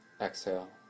Exhale